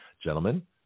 Gentlemen